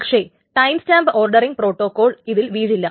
പക്ഷേ time stamp ordering protocol ഇതിൽ വീഴില്ല